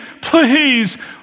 please